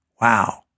Wow